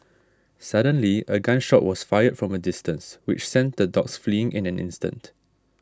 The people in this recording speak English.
suddenly a gun shot was fired from a distance which sent the dogs fleeing in an instant